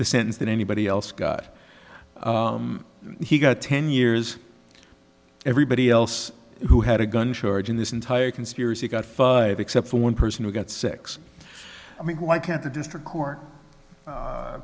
the sentence that anybody else got he got ten years everybody else who had a gun charge in this entire conspiracy got five except for one person who got six i mean why can't the district court